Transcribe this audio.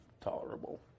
tolerable